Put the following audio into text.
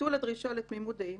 ביטול הדרישה לתמימות דעים